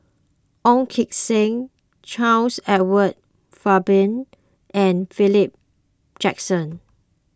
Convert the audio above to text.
Ong Keng Sen Charles Edward Faber and Philip Jackson